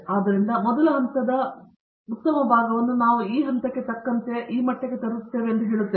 ಆದ್ದರಿಂದ ಮೊದಲ ಹಂತದ ಉತ್ತಮ ಭಾಗವನ್ನು ನಾವು ಈ ಹಂತಕ್ಕೆ ತಕ್ಕಂತೆ ಈ ಮಟ್ಟಕ್ಕೆ ತರುತ್ತೇವೆಂದು ಹೇಳುತ್ತೇವೆ